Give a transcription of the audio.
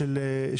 עמידה על זכויות,